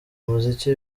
muziki